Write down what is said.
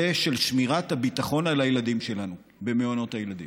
של שמירת הביטחון על הילדים שלנו במעונות הילדים.